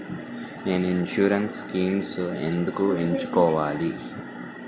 నేను insurance schemes ఎందుకు ఎంచుకోవాలి?